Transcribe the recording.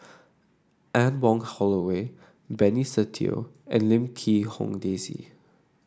Anne Wong Holloway Benny Se Teo and Lim Quee Hong Daisy